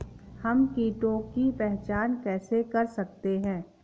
हम कीटों की पहचान कैसे कर सकते हैं?